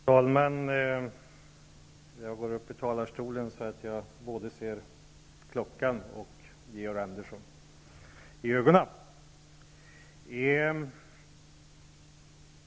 Fru talman! Jag går upp i talarstolen så att jag både ser klockan och Georg Andersson i ögonen.